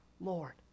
Lord